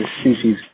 species